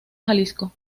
jalisco